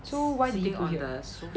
so why did you put here